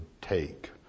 take